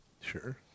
Sure